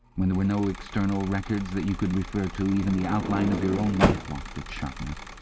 when there were no external records that you could refer to, even the outline of your own life lost its sharpness.